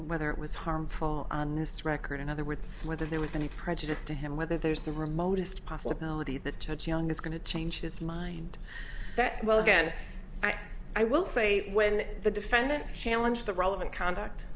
whether it was harmful on this record in other words whether there was any prejudice to him whether there's the remotest possibility that judge young is going to change his mind that well again i will say when the defendant challenge the relevant conduct